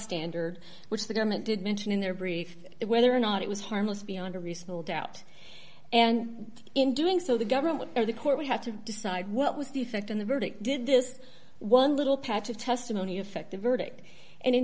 standard which the government did mention in their brief whether or not it was harmless beyond a reasonable doubt and in doing so the government or the court would have to decide what was the effect on the verdict did this one little patch of testimony affect the verdict and in